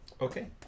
Okay